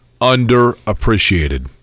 underappreciated